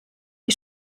die